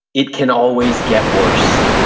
it can always get worse.